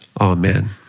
Amen